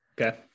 Okay